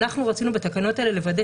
אנחנו רצינו בתקנות האלה לוודא